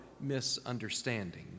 misunderstanding